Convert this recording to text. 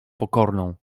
pokorną